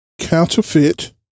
Counterfeit